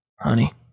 honey